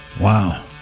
Wow